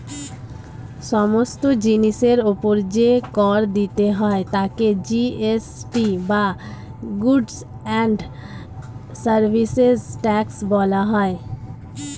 সমস্ত জিনিসের উপর যে কর দিতে হয় তাকে জি.এস.টি বা গুডস্ অ্যান্ড সার্ভিসেস ট্যাক্স বলা হয়